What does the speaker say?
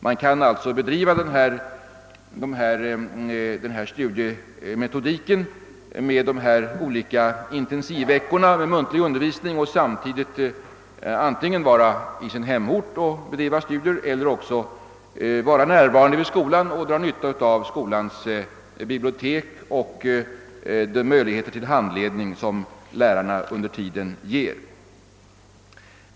Man kan alltså följa denna studiemetodik med dess intensivveckor med muntlig undervisning och i övrigt antingen bo på sin hemort och bedriva studier där eller vara närvarande vid skolan och dra nytta av dennas bibliotek och de möjligheter till handledning som lärarna under tiden ger.